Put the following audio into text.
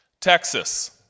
Texas